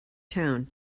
town